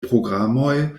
programoj